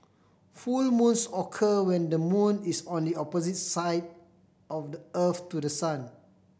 full moons occur when the moon is on the opposite side of the earth to the sun